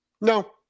No